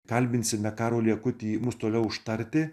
kalbinsime karo likutį mus toliau užtarti